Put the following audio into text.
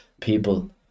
people